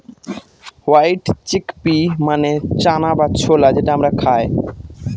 white chickpea মানে চানা বা ছোলা যেটা আমরা খায়